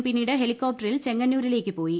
പിന്നീട് ഹെലികോപ്റ്ററിൽ ചെങ്ങന്നൂരിലേക്ക് പോയി